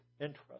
interest